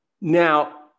Now